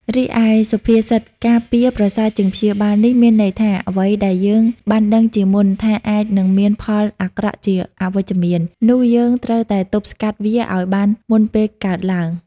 រីឯសុភាសិត "ការពារប្រសើរជាងព្យាបាល" នេះមានន័យថា អ្វីដែលយើងបានដឹងជាមុនថាអាចនឹងមានផលអាក្រក់ជាអវិជ្ជមាន នោះយើងត្រូវតែទប់ស្កាត់វាឱ្យបានមុនពេលកើតឡើង។